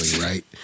right